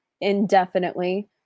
indefinitely